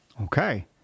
Okay